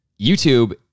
YouTube